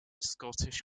scottish